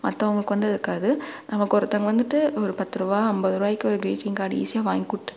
மற்றவங்களுக்கு வந்து இருக்காது நமக்கு ஒருத்தங்க வந்துட்டு ஒரு பத்துரூபா ஐம்பது ரூவாக்கு ஒரு கிரீட்டிங் கார்டு ஈஸியாக வாய்ங்கி கொடுத்துட்டு